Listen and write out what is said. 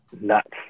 nuts